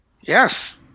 Yes